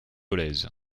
dolez